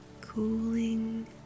cooling